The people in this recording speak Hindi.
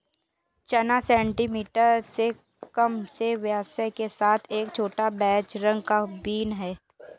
चना सेंटीमीटर से कम के व्यास के साथ एक छोटा, बेज रंग का बीन है